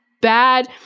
bad